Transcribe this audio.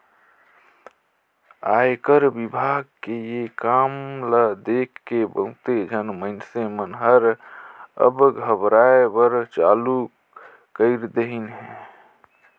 आयकर विभाग के ये काम ल देखके बहुत झन मइनसे मन हर अब डराय बर चालू कइर देहिन हे